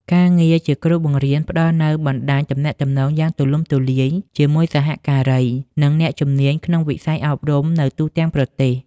ការងារជាគ្រូបង្រៀនផ្តល់នូវបណ្តាញទំនាក់ទំនងយ៉ាងទូលំទូលាយជាមួយសហការី និងអ្នកជំនាញក្នុងវិស័យអប់រំនៅទូទាំងប្រទេស។